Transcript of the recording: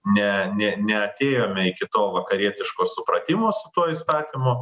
ne ne neatėjome iki to vakarietiško supratimo su tuo įstatymu